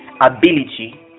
ability